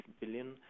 billion